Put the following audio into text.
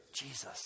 Jesus